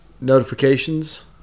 notifications